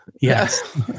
yes